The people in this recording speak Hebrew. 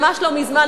ממש לא מזמן,